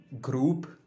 group